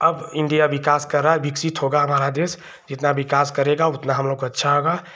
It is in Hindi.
अब इण्डिया विकास कर रहा है विकसित होगा हमारा देश जितना विकास करेगा उतना हमलोग को अच्छा होगा